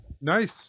Nice